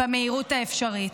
במהירות האפשרית.